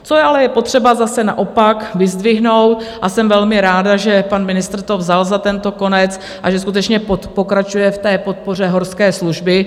Co je ale potřeba zase naopak vyzdvihnout a jsem velmi ráda, že pan ministr to vzal za tento konec a že skutečně pokračuje v podpoře Horské služby.